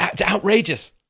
Outrageous